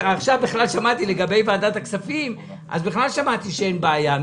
עכשיו שמעתי לגבי ועדת הכספים, אז בכלל אין בעיה.